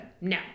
No